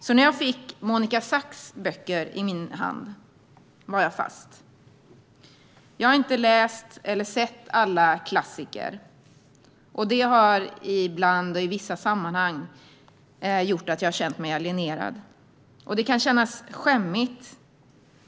Så när jag fick Monica Zaks böcker i min hand var jag fast. Jag har inte läst eller sett alla klassiker, och det har ibland och i vissa sammanhang gjort att jag har känt mig alienerad. Det kan kännas skämmigt.